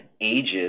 ages